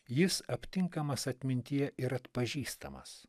jis aptinkamas atmintyje ir atpažįstamas